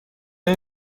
این